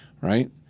Right